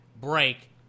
break